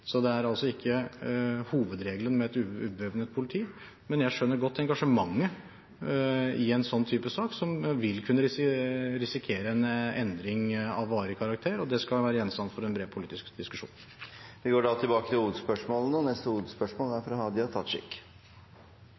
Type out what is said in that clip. så det er altså ikke hovedregelen med et ubevæpnet politi, men jeg skjønner godt engasjementet i en sånn type sak hvor man vil kunne risikere en endring av varig karakter, og det skal være gjenstand for en bred politisk diskusjon. Vi går videre til neste hovedspørsmål. Justisministeren må gjerne koma tilbake til